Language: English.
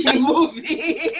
movie